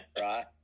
Right